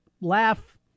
laugh